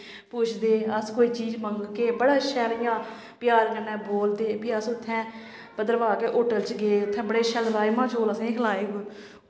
पुच्छदे अस कोई चीज़ मंगगे बड़ा शैल इ'यां प्यार कन्नै बोलदे फ्ही अस उत्थैं भद्रवाह् गै होटल च गे उत्थैं बड़े शैल राजमा चौल असेंगी खलाए